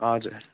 हजुर